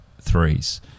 threes